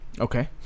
Okay